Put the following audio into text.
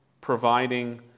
providing